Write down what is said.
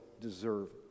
deserve